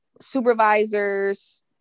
supervisors